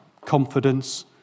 confidence